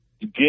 get